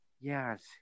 Yes